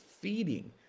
feeding